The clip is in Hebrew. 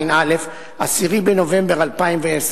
וחצי, ביום ג' בכסלו תשע"א, 10 בנובמבר 2010,